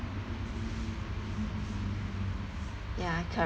ya